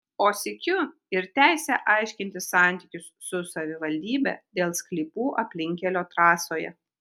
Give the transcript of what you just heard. o sykiu ir teisę aiškintis santykius su savivaldybe dėl sklypų aplinkkelio trasoje